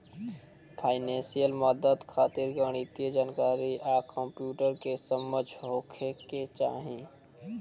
financial मदद खातिर गणितीय जानकारी आ कंप्यूटर के समझ होखे के चाही